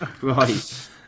Right